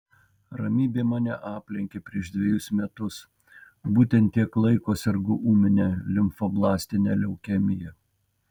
ramybė mane aplenkė prieš dvejus metus būtent tiek laiko sergu ūmine limfoblastine leukemija